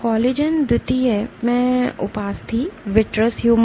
collagen द्वितीय में उपास्थि विट्रोस ह्यूमर